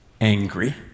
angry